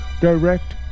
direct